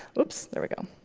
oops. there we go.